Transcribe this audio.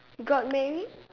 got marry